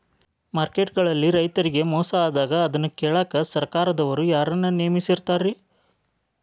Market ಗಳಲ್ಲಿ ರೈತರಿಗೆ ಮೋಸ ಆದಾಗ ಅದನ್ನ ಕೇಳಾಕ್ ಸರಕಾರದವರು ಯಾರನ್ನಾ ನೇಮಿಸಿರ್ತಾರಿ?